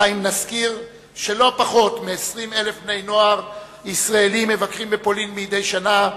די אם נזכיר שלא פחות מ-20,000 בני-נוער ישראלים מבקרים בפולין מדי שנה,